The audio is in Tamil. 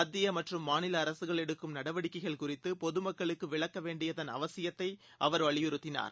மத்திய மற்றும் மாநில அரசுகள் எடுக்கும் நடவடிக்கைள் குறித்து பொதுமக்களுக்கு விளக்க வேண்டியதன் அவசியத்தை அவர் வலியுறுத்தினார்